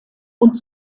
und